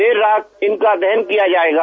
देर रात इनका दहन किया जायेगा